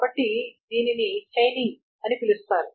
కాబట్టి దానిని చైనింగ్ అని పిలుస్తారు